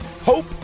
Hope